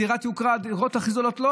הדירות הכי זולות.